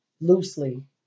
loosely